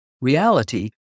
reality